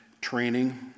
training